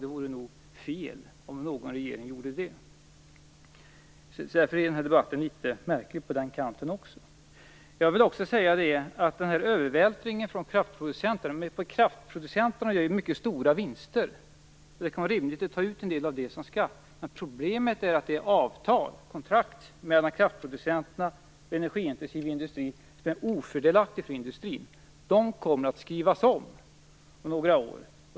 Det vore nog fel om en regering gjorde det. Därför är denna debatt litet märklig även på det sättet. Jag vill också säga att denna övervältring från kraftproducenterna, som gör mycket stora vinster, kan vara rimlig, eftersom de gör mycket stora vinster, och det kan vara rimligt att ta ut en del av det som skatt. Men problemet är att det är kontrakt mellan kraftproducenterna och den energiintensiva industrin, vilket är ofördelaktigt för industrin. Dessa kontrakt kommer att skrivas om om några år.